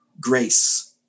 grace